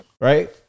Right